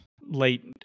Late